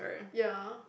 ya